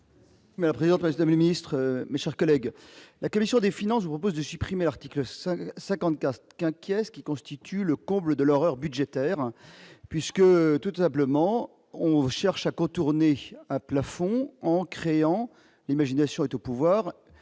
Mais le président place de ministre mais, chers collègues, la commission des finances vous impose de supprimer l'article 5 54 qu'inquiet, ce qui constitue le comble de l'horreur budgétaire puisque toute simplement on vous cherche à contourner un plafond en créant l'imagination est au pouvoir,